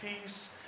peace